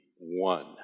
one